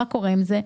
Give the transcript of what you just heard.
מה קורה עם זה?